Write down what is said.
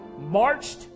marched